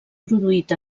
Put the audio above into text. produït